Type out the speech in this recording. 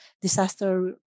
disaster